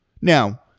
Now